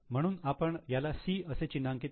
म्हणून आपण याला 'C' असे चिन्हांकित करू